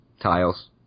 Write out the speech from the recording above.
tiles